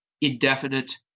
indefinite